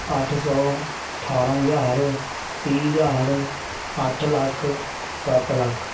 ਅੱਠ ਸੌ ਅਠਾਰਾਂ ਹਜ਼ਾਰ ਤੀਹ ਹਜ਼ਾਰ ਅੱਠ ਲੱਖ ਸੱਤ ਲੱਖ